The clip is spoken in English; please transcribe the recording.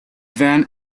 then